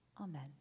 Amen